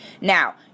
Now